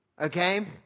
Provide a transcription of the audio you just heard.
Okay